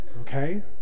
Okay